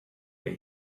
that